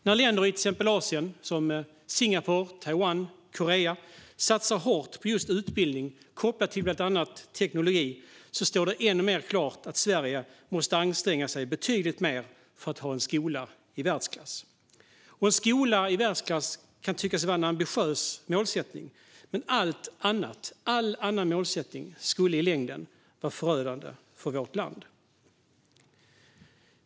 När länder i Asien, till exempel Singapore, Taiwan och Korea, satsar hårt på utbildning, kopplad till bland annat teknologi, står det än mer klart att Sverige måste anstränga sig betydligt mer för att ha en skola i världsklass. En skola i världsklass kan tyckas vara en ambitiös målsättning, men allt annat skulle vara förödande för vårt land.